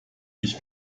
mich